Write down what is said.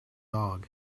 dog